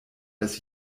dass